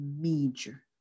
major